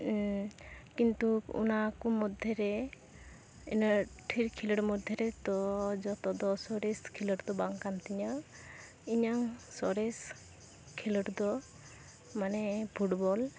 ᱠᱤᱱᱛᱩᱢ ᱚᱱᱟᱠᱚ ᱢᱚᱫᱽᱫᱷᱮ ᱨᱮ ᱤᱱᱟᱹ ᱴᱷᱤᱨ ᱠᱷᱮᱞᱳᱰ ᱢᱚᱫᱽᱫᱷᱮ ᱨᱮᱫᱚ ᱡᱚᱛᱚ ᱫᱚ ᱥᱚᱨᱮᱥ ᱠᱷᱮᱞᱳᱰ ᱫᱚ ᱵᱟᱝ ᱠᱟᱱ ᱛᱤᱧᱟᱹ ᱤᱧᱟᱹᱧ ᱥᱚᱨᱮᱥ ᱠᱷᱮᱞᱳᱰ ᱫᱚ ᱢᱟᱱᱮ ᱯᱷᱩᱴᱵᱚᱞ